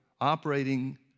operating